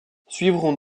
suivront